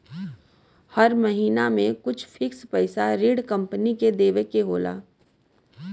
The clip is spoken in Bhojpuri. हर महिना में कुछ फिक्स पइसा ऋण कम्पनी के देवे के होला